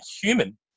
human